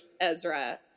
Ezra